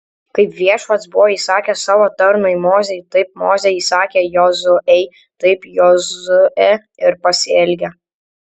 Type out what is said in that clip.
kaip viešpats buvo įsakęs savo tarnui mozei taip mozė įsakė jozuei taip jozuė ir pasielgė